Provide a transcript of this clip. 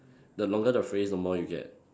the longer the phrase the more you get